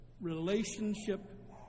relationship